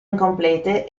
incomplete